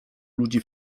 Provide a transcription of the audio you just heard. ludzi